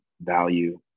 value